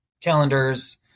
calendars